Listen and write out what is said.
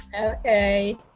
okay